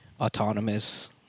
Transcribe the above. autonomous